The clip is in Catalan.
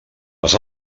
les